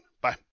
Bye